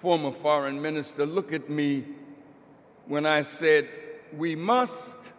former foreign minister look at me when i said we must